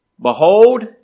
Behold